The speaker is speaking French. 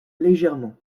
légèrement